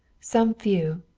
some few,